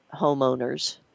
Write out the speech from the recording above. homeowners